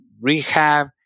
rehab